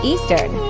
Eastern